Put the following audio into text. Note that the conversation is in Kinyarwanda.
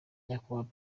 nyakubahwa